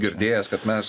girdėjęs kad mes